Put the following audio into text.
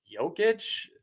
Jokic